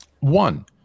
One